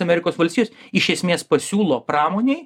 amerikos valstijos iš esmės pasiūlo pramonei